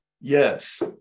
Yes